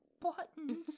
buttons